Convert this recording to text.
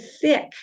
thick